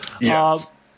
Yes